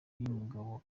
y’umugabo